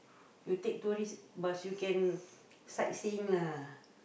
you take tourist bus you can sightseeing lah